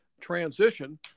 transition